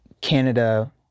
Canada